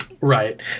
Right